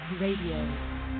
Radio